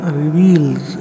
reveals